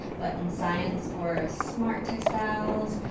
but in science, for smart textiles,